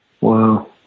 Wow